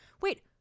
Wait